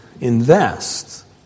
invest